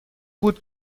بود